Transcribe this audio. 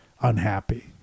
unhappy